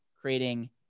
creating